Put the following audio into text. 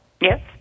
Yes